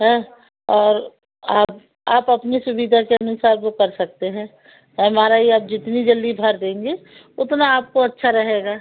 हैं और आप आप अपनी सुविधा के अनुसार भी कर सकते हैं एम आर आई आप जितनी जल्दी भर देंगे उतना आपको अच्छा रहेगा